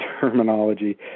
terminology